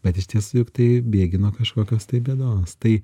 bet iš tiesų juk tai bėgi nuo kažkokios tai bėdos tai